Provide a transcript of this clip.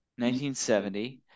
1970